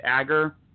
Agar